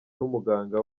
n’umuganga